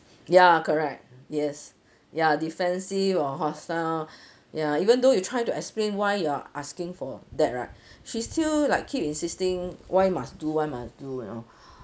ya correct yes ya defensive or hostile ya even though you try to explain why you're asking for that right she's still like keep insisting why must do why must do you know